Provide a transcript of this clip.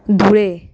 Dhule